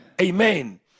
Amen